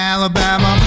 Alabama